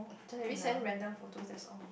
generally send random photos that's all